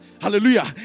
Hallelujah